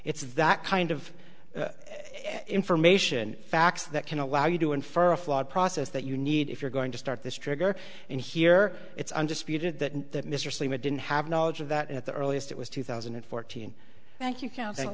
it's that kind of information facts that can allow you to infer a flawed process that you need if you're going to start this trigger and here it's undisputed that mr salema didn't have knowledge of that at the earliest it was two thousand and fourteen thank you